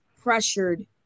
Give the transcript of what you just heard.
pressured